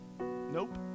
Nope